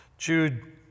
Jude